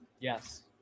yes